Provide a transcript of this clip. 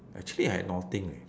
actually I have nothing eh